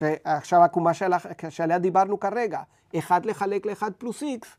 ‫ועכשיו העקומה שעליה דיברנו כרגע, ‫אחד לחלק לאחד פלוס איקס.